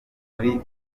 muri